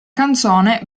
canzone